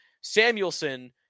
Samuelson